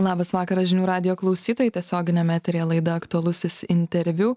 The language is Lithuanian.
labas vakaras žinių radijo klausytojai tiesioginiame eteryje laida aktualusis interviu